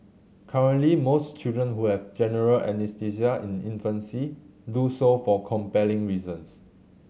currently most children who have general anaesthesia in infancy do so for compelling reasons